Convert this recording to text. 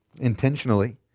intentionally